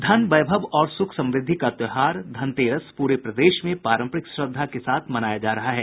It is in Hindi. धन वैभव और सूख समृद्धि का त्योहार धनतेरस आज पूरे प्रदेश में पारंपरिक श्रद्धा के साथ मनाया जा रहा है